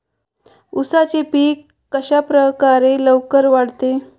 उसाचे पीक कशाप्रकारे लवकर वाढते?